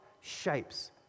shapes